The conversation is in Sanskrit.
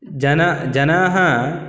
जन जनाः